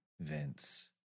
Vince